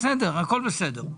הכול בסדר.